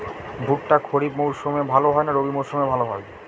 ভুট্টা খরিফ মৌসুমে ভাল হয় না রবি মৌসুমে ভাল হয়?